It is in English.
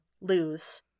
lose